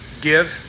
give